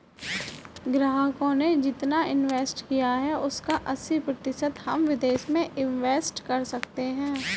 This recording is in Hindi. ग्राहकों ने जितना इंवेस्ट किया है उसका अस्सी प्रतिशत हम विदेश में इंवेस्ट कर सकते हैं